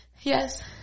Yes